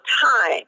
time